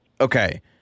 Okay